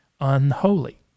Unholy